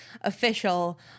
official